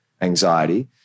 anxiety